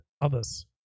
others